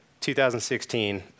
2016